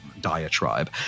diatribe